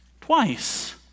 twice